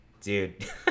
Dude